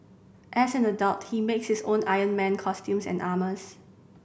as an adult he makes his own Iron Man costumes and armours